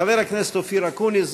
חבר הכנסת אופיר אקוניס,